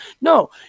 No